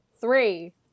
three